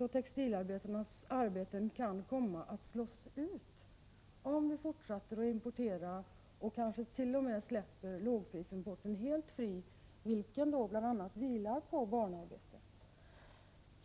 och textilarbetarnas arbeten kan komma att slås ut, om vi fortsätter att importera och kanske t.o.m. släpper lågprisimporten helt fri. Lågprisimporten bygger till stor del på barnarbetet.